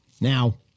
Now